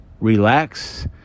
relax